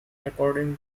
according